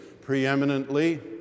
preeminently